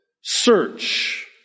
search